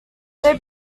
they